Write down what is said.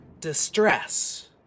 distress